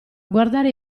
guardare